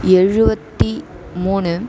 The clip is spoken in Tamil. எழுபத்தி மூணு